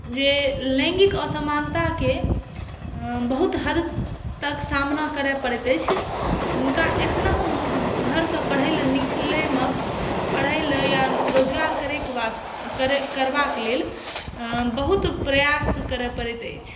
जे लैंगिक असमानताके बहुत हद तक सामना करय पड़ैत अछि हुनका एखनहुँ घरसॅं पढ़य लए निकलयमे पढ़य लए या रोजगार करयके वास्ते करबाक लेल बहुत प्रयास करय पड़ैत अछि